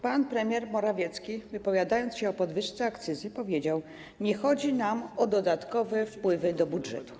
Pan premier Morawiecki, wypowiadając się o podwyżce akcyzy, powiedział: nie chodzi nam o dodatkowe wpływy do budżetu.